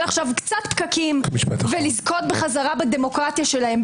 עכשיו קצת פקקים ולזכות בחזרה בדמוקרטיה שלהם,